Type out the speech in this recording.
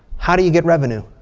how do you get revenue?